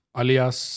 alias